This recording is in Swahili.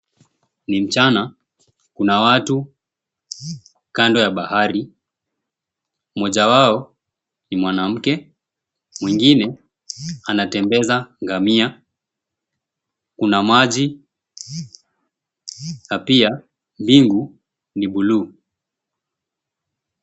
Ni mchana kuna watu kando ya bahari mmoja wao ni mwanamke mwingine anatembeza ngamia. Kuna maji na pia mbingu ni buluu.